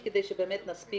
ההחלטה התקבלה.